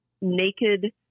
naked